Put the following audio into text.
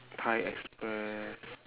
thai express